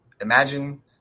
imagine